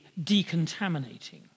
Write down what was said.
decontaminating